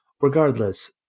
regardless